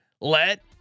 Let